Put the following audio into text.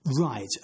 right